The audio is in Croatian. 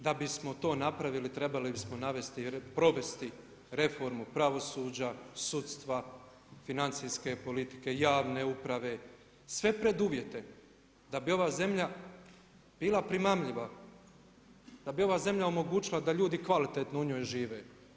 Da bismo to napravili, trebali bismo provesti reformu pravosuđa, sudstva, financijske politike, javne uprave sve preduvjete, da bi ova zemlja bila primamljiva, da bi ova zemlja omogućila da ljudi kvalitetno u njoj žive.